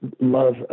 love